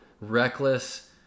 reckless